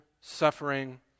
suffering